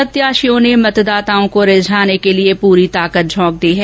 प्रत्याशियों ने मतदाताओं को रिझाने के लिये प्री ताकत झोंक दी है